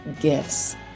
gifts